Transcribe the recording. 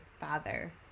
father